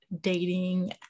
dating